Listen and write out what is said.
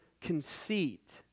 conceit